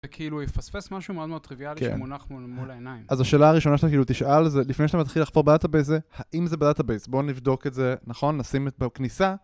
וכאילו, יפספס משהו מאוד מאוד טריוויאלי שמונח מול העיניים. אז השאלה הראשונה שאתה תשאל זה, לפני שאתה מתחיל לחפור ב-Database זה, האם זה ב-Database? בואו נבדוק את זה, נכון? נשים את זה בכניסה.